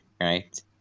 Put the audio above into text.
right